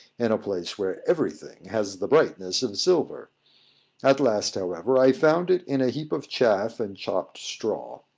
in a place where everything has the brightness of silver at last, however, i found it in a heap of chaff and chopped straw.